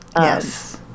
Yes